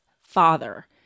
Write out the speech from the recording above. father